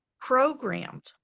programmed